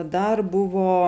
dar buvo